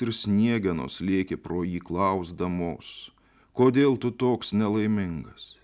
ir sniegenos lėkė pro jį klausdamos kodėl tu toks nelaimingas